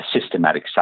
systematic